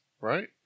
right